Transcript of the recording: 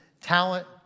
talent